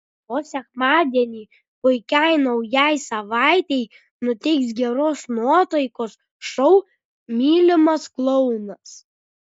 o sekmadienį puikiai naujai savaitei nuteiks geros nuotaikos šou mylimas klounas